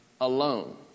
alone